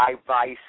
advice